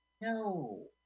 No